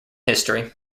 history